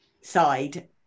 side